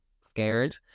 scared